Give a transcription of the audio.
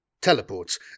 teleports